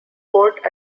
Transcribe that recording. court